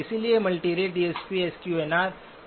इसलिए multirate DSP S Q N R को कम कर सकता है